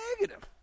negative